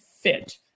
fit